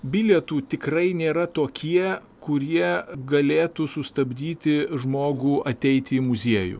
bilietų tikrai nėra tokie kurie galėtų sustabdyti žmogų ateiti į muziejų